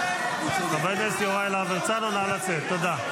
חבר הכנסת יוראי להב הרצנו, נא לצאת, תודה.